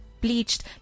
bleached